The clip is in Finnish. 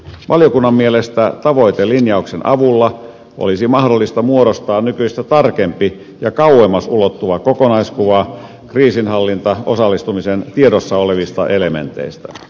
valiokunnan mielestä tavoitelinjauksen avulla olisi mahdollista muodostaa nykyistä tarkempi ja kauemmas ulottuva kokonaiskuva kriisinhallintaan osallistumisen tiedossa olevista elementeistä